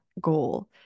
goal